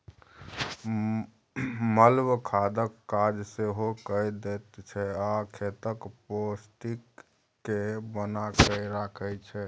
mulch खादक काज सेहो कए दैत छै आ खेतक पौष्टिक केँ बना कय राखय छै